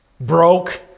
broke